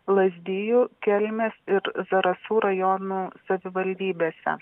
lazdijų kelmės ir zarasų rajono savivaldybėse